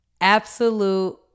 absolute